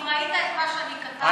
אם ראית את מה שאני כתבתי,